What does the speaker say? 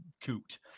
coot